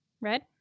Red